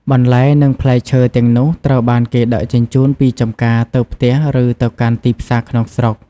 បន្លែនិងផ្លែឈើទាំងនោះត្រូវបានគេដឹកជញ្ជូនពីចំការទៅផ្ទះឬទៅកាន់ទីផ្សារក្នុងស្រុក។